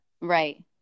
Right